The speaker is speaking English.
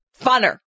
funner